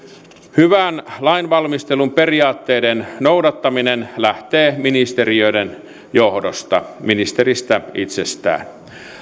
hyvän lainvalmistelun periaatteiden noudattaminen lähtee ministeriöiden johdosta ministeristä itsestään